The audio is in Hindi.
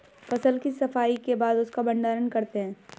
फसल की सफाई के बाद उसका भण्डारण करते हैं